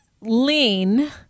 lean